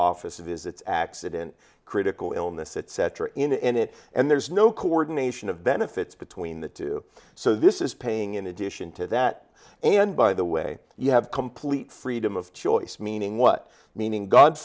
office visits accident critical illness etc in the end it and there's no coordination of benefits between the two so this is paying in addition to that and by the way you have complete freedom of choice meaning what meaning god